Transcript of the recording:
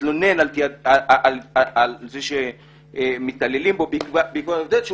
ומתלונן על כך שמתעללים בו בעקבות עבודתו,